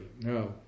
No